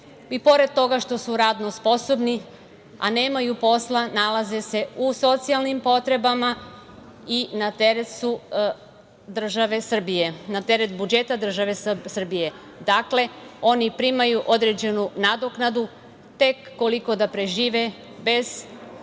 i pored toga što su radno sposobni, a nemaju posla, nalaze se u socijalnim potrebama i na teret su budžeta države Srbije. Oni primaju određenu nadoknadu, tek koliko da prežive, bez radnog